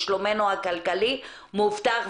ושלומנו הכלכלי מובטח,